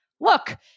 look